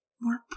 more